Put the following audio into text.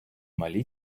малі